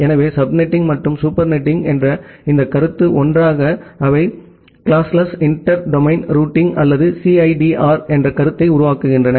எனவே subnetting மற்றும் supernetting என்ற இந்த கருத்து ஒன்றாக அவை வகுப்பற்ற இன்டர் டொமைன் ரூட்டிங் அல்லது சிஐடிஆர் என்ற கருத்தை உருவாக்குகின்றன